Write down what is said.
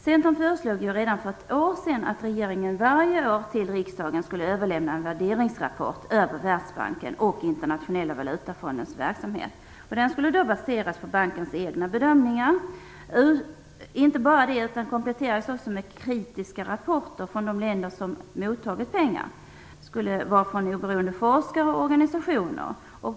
Centern föreslog redan för ett år sedan att regeringen varje år till riksdagen skulle överlämna en värderingsrapport över Världsbankens och Internationella valutafondens verksamhet. Den skulle baseras på bankens egna bedömningar och dessutom kompletteras med kritiska rapporter från de länder som mottagit pengar. Det skulle vara från oberoende forskare och organisationer.